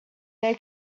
they